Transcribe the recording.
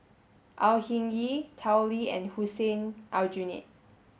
Au Hing Yee Tao Li and Hussein Aljunied